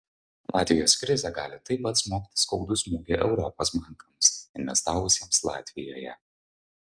latvijos krizė gali taip pat smogti skaudų smūgį europos bankams investavusiems latvijoje